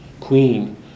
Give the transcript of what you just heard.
queen